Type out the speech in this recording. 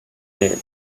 did